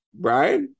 right